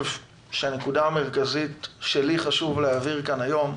הנקודה המרכזית שחשוב לי להעביר כאן היום,